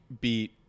beat